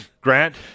Grant